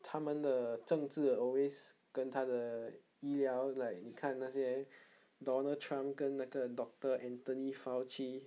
他们的政治 always 跟他的医疗 like 你看那些 donald trump 跟那个 doctor anthony fauci